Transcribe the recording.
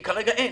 כי כרגע אין.